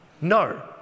No